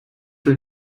will